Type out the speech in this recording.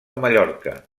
mallorca